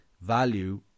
value